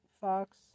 Fox